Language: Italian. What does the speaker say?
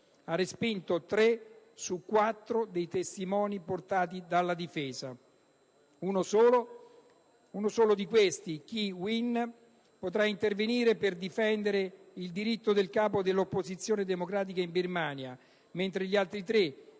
respinto tre su quattro dei testimoni portati dalla difesa. Uno solo di questi, Kyi Win, potrà intervenire per difendere il diritto del capo dell'opposizione democratica in Birmania, mentre agli altri tre